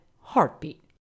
heartbeat